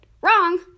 Wrong